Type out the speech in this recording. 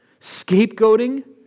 scapegoating